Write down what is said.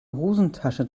hosentasche